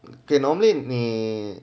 okay normally 呢